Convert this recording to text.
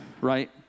right